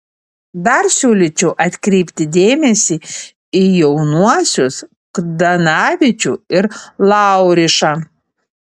dar siūlyčiau atkreipti dėmesį į jaunuosius kdanavičių ir laurišą